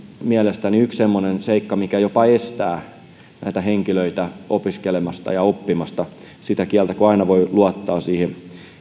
mielestäni yksi semmoinen seikka mikä jopa estää näitä henkilöitä opiskelemasta ja oppimasta sitä kieltä kun aina voi luottaa siihen